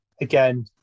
again